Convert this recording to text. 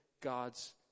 God's